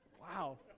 Wow